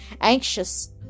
anxious